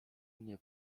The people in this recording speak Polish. mnie